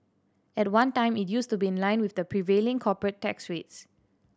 at one time it used to be in line with the prevailing corporate tax rates